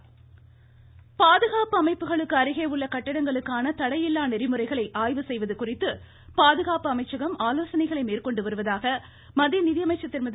நிர்மலா சீத்தாராமன் பாதுகாப்பு அமைப்புகளுக்கு அருகே உள்ள கட்டடங்களுக்கான தடையில்லா நெறிமுறைகளை ஆய்வு செய்வது குறித்து பாதுகாப்பு அமைச்சகம் ஆலோசனைகள் மேற்கொண்டு வருவதாக மத்திய நிதித்துறை அமைச்சர் திருமதி